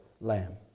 lamb